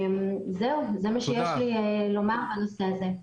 זהו, זה מה שיש לי לומר בנושא הזה.